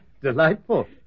Delightful